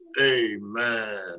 Amen